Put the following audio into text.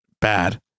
bad